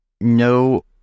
no